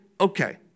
okay